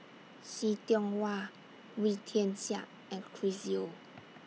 See Tiong Wah Wee Tian Siak and Chris Yeo